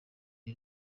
iri